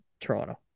Toronto